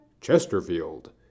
Chesterfield